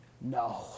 no